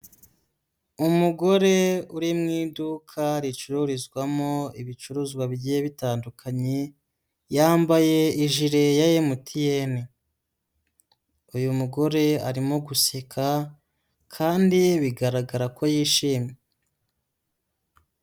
Umugore uri mu iduka ricururizwamo ibicuruzwa bigiye bitandukanye, yambaye ijire ya MTN. Uyu mugore arimo guseka kandi bigaragara ko yishimye.